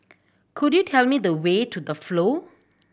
could you tell me the way to The Flow